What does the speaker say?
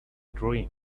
dream